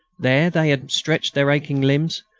there they had stretched their aching limbs,